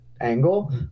angle